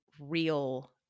real